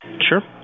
Sure